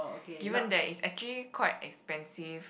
given that is actually quite expensive